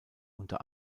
unter